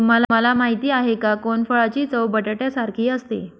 तुम्हाला माहिती आहे का? कोनफळाची चव बटाट्यासारखी असते